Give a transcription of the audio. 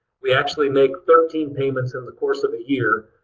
we actually make thirteen payments in the course of a year.